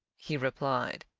he replied,